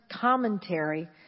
commentary